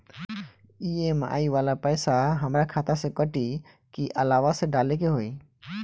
EMI वाला पैसा हाम्रा खाता से कटी की अलावा से डाले के होई?